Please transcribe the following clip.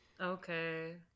Okay